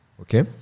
Okay